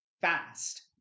fast